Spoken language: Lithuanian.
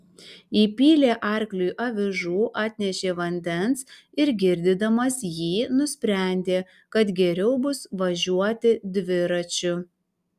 įpylė arkliui avižų atnešė vandens ir girdydamas jį nusprendė kad geriau bus važiuoti dviračiu